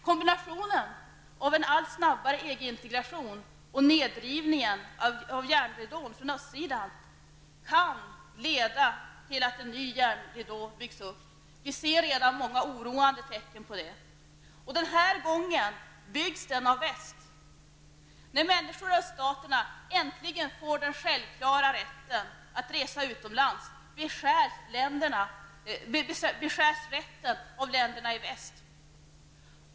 Kombinationen av en allt snabbare EG-integration och nedrivningen av järnridån från östsidan kan leda till att en ny järnridå byggs upp. Vi ser redan många oroande tecken på det. Den här gången byggs den av väst. När människor i öststaterna äntligen får den självklara rätten att resa utomlands, beskärs rätten av länderna i väst.